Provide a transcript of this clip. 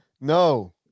No